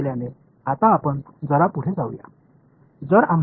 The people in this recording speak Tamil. எனவே இப்போது அதைச் செய்துவிட்டு நாம் இன்னும் கொஞ்சம் மேலே செல்லலாம்